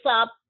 up